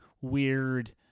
weird